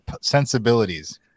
sensibilities